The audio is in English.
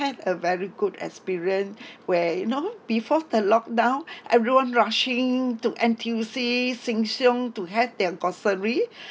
a very good experience where you know before the lockdown everyone rushing to N_T_U_C Sheng Siong to head their grocery